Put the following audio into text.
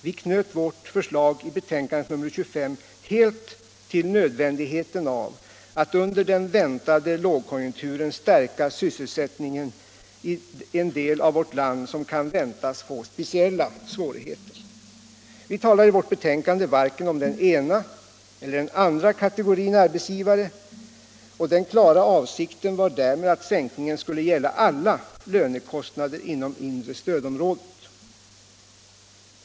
Vi knöt vårt förslag i betänkandet nr 25 helt till nödvändigheten av att under den väntade lågkonjunkturen stärka sysselsättningen i den del av vårt land som kan väntas få speciella svårigheter. Vi talar i vårt betänkande varken om den ena eller den andra kategorin arbetsgivare. Den klara avsikten var därmed att sänkningen skulle gälla alla lönekostnader inom det inre stödområdet.